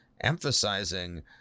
emphasizing